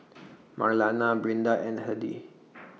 Marlana Brinda and Hedy